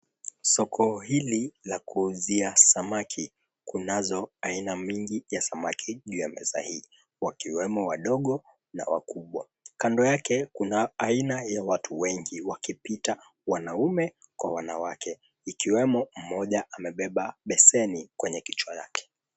Soko hili la kuuzia samaki kunazo aina nyingi ya samaki juu ya meza hii wakiwemo wadogo na wakubwa. Kando yake kuna ina ya watu wengi wakipita, wanaume kwa wanawake ikiwemo mmoja amebeba beseni kwenye kichwa chake.